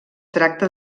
tracta